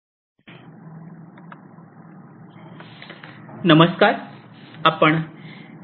आपले स्वागत आहे